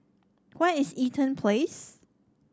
where is Eaton Place